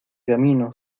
camino